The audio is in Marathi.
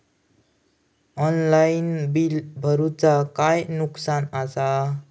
ऑफलाइन बिला भरूचा काय नुकसान आसा?